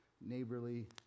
neighborly